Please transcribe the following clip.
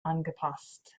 angepasst